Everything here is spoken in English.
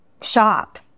shop